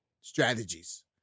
strategies